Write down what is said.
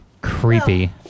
Creepy